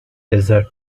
desert